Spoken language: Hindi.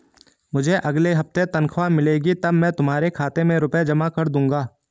मुझे अगले हफ्ते तनख्वाह मिलेगी तब मैं तुम्हारे खाते में रुपए जमा कर दूंगा